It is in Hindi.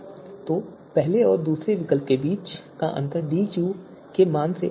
तो पहले और दूसरे विकल्प के बीच यह अंतर DQ के मान से अधिक है